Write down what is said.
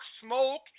smoke